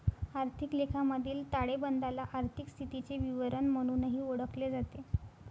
आर्थिक लेखामधील ताळेबंदाला आर्थिक स्थितीचे विवरण म्हणूनही ओळखले जाते